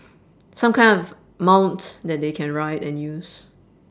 some kind of mount that they can write and use